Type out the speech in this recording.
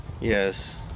Yes